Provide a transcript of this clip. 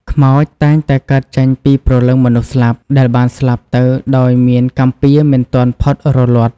ខ្មោចតែងតែកើតចេញពីព្រលឹងមនុស្សស្លាប់ដែលបានស្លាប់ទៅដោយមានកម្មពៀរមិនទាន់ផុតរលត់។